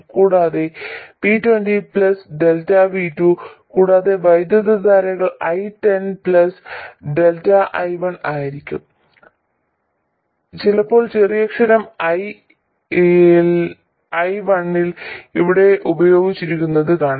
കൂടാതെ V20 Δ V2 കൂടാതെ വൈദ്യുതധാരകൾ I10 Δ I1 ആയിരിക്കും ചിലപ്പോൾ ചെറിയക്ഷരം i1 ഇവിടെ ഉപയോഗിച്ചിരിക്കുന്നത് കാണാം